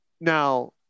Now